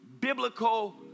biblical